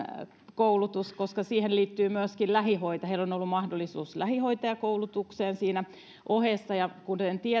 koulutus koska siihen liittyy myöskin lähihoito heillä on ollut mahdollisuus lähihoitajakoulutukseen siinä ohessa kuten